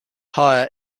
hire